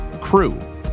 Crew